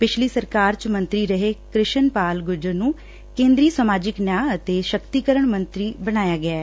ਪਿਛਲੀ ਸਰਕਾਰ ਚ ਮੰਤਰੀ ਰਹੇ ਕ੍ਰਿਸ਼ਨ ਪਾਲ ਗੁਰਜਰ ਨੂੰ ਕੇਂਦਰੀ ਸਮਾਜਿਕ ਨਿਆਂ ਅਤੇ ਸ਼ਕਤੀਕਰਨ ਮੰਤਰੀ ਬਣਾਇਆ ਗਿਐ